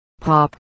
Pop